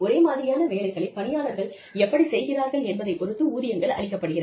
ஒரே மாதிரியான வேலைகளை பணியாளர்கள் எப்படிச் செய்கிறார்கள் என்பதைப் பொறுத்து ஊதியங்கள் அளிக்கப்படுகிறது